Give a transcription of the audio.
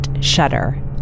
shutter